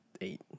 eight